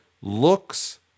looks